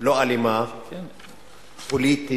לא אלימה, פוליטית,